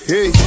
Hey